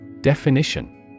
Definition